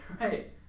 right